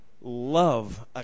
love